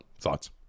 thoughts